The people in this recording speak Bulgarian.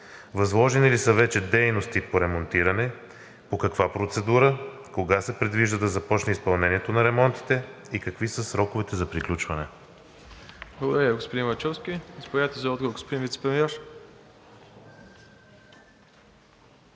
Възложени ли са вече дейности по ремонтиране, по каква процедура, кога се предвижда да започне изпълнението на ремонтите и какви са сроковете за приключване?